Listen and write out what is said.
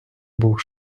був